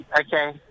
Okay